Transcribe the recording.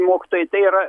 mokytojai tai yra